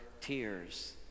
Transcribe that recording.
tears